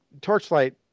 Torchlight